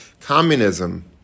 communism